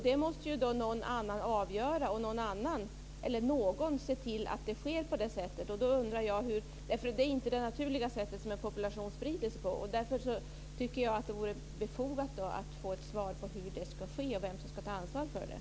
Det måste någon avgöra och se till att det sker på det sättet, eftersom det inte är det naturliga sättet som en population sprider sig på. Därför tycker jag att det vore befogat att få ett svar på frågan hur det ska ske och vem som ska ta ansvar för det.